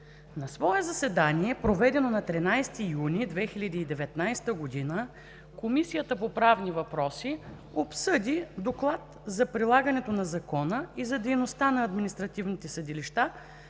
На свое заседание, проведено на 13 юни 2019 г., Комисията по правни въпроси обсъди Доклад за прилагането на закона и за дейността на административните съдилища